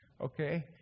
okay